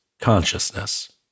Consciousness